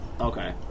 okay